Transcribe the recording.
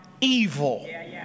evil